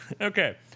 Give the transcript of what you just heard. Okay